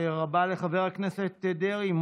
תודה רבה לחבר הכנסת דרעי.